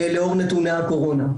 לאור נתוני הקורונה.